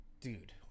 dude